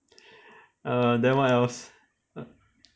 err then what else